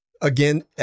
Again